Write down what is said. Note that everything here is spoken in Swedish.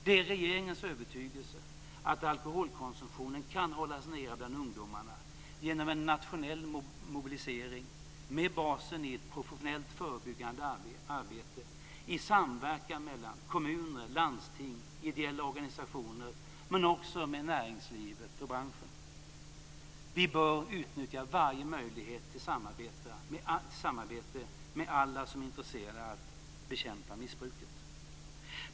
Det är regeringens övertygelse att alkoholkonsumtionen kan hållas nere bland ungdomarna genom en nationell mobilisering med basen i ett professionellt förebyggande arbete i samverkan mellan kommuner, landsting och ideella organisationer, och också näringslivet och branschen. Vi bör utnyttja varje möjlighet till samarbete med alla som är intresserade av att bekämpa missbruket.